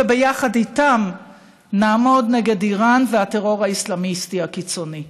וביחד איתן נעמוד נגד איראן והטרור האסלאמיסטי הקיצוני.